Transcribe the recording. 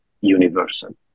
universal